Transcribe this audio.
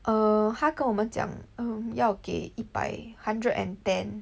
err 他跟我们讲 um 要给一百 hundred and ten